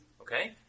Okay